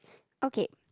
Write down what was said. okay